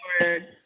word